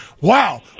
wow